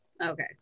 Okay